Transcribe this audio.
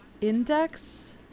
index